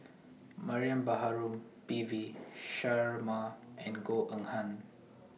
Mariam Baharom P V Sharma and Goh Eng Han